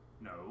No